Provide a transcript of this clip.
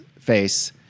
face